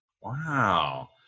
Wow